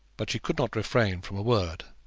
but she could not refrain from a word.